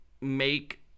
make